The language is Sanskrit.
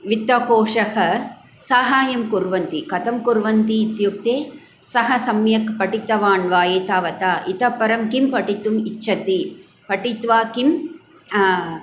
वित्तकोशः सहाय्यं कुर्वन्ति कथं कुर्वन्ति इत्युक्ते सः सम्यक् पठितवान् वा एतावता इतःपरं किं पठितुम् इच्छति पठित्वा किं